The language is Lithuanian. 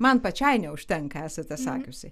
man pačiai neužtenka esate sakiusi